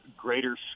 greater